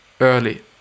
early